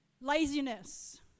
laziness